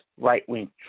right-wing